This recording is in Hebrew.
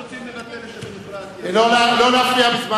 הכנסת טלב אלסאנע לסעיף 1 לא נתקבלה.